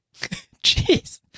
Jeez